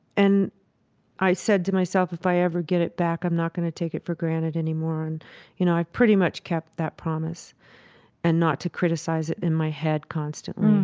and i said to myself, if i ever get it back, i'm not going to take it for granted anymore. and you know, i pretty much kept that promise and not to criticize it in my head constantly.